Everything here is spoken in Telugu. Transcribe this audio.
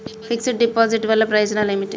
ఫిక్స్ డ్ డిపాజిట్ వల్ల ప్రయోజనాలు ఏమిటి?